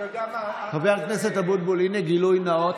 חבר הכנסת אבוטבול, הינה גילוי נאות,